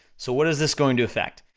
so what is this going to effect?